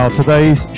today's